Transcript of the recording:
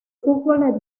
fútbol